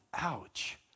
ouch